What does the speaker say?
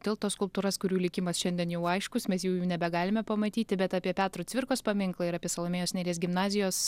tilto skulptūras kurių likimas šiandien jau aiškus mes jau jų nebegalime pamatyti bet apie petro cvirkos paminklą ir apie salomėjos nėries gimnazijos